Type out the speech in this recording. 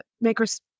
makers